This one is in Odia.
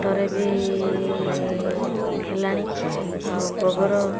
ଖତରେ ବି ହେଲାଣି ଆଉ ଗୋବର